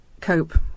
cope